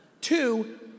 Two